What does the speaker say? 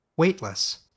Weightless